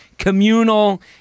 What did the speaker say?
communal